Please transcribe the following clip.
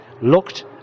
looked